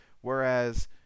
Whereas